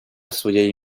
своєї